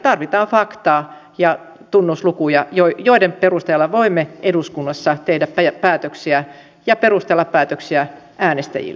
tarvitaan faktaa ja tunnuslukuja joiden perusteella voimme eduskunnassa tehdä päätöksiä ja perustella päätöksiä äänestäjille